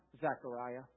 Zechariah